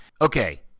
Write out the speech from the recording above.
Okay